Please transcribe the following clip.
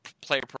player